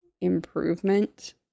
improvement